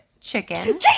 chicken